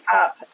up